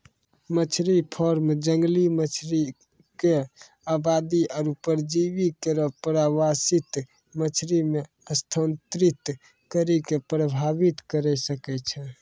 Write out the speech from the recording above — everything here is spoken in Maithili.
मछरी फार्म जंगली मछरी क आबादी आरु परजीवी केरो प्रवासित मछरी म स्थानांतरित करि कॅ प्रभावित करे सकै छै